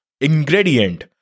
ingredient